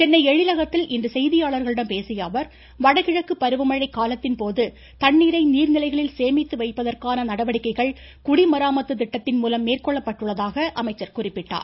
சென்னை எழிலகத்தில் இன்று செய்தியாளர்களிடம் பேசிய அவர் வடகிழக்கு பருவமழை காலத்தின்போது தண்ணீரை நீர்நிலைகளில் சேமித்து வைப்பதற்கான நடவடிக்கைகள் குடிமராமத்து திட்டத்தின் மூலம் மேற்கொள்ளப்பட்டுள்ளதாக அமைச்சர் குறிப்பிட்டார்